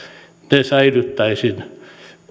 ne säilyttäisin